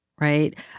Right